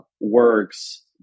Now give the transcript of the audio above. works